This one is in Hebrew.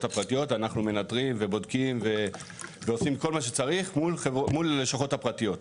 הפרטיות אנחנו מנטרים ובודקים ועושים כל מה שצריך מול הלשכות הפרטיות.